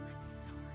sorry